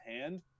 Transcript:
hand